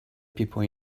people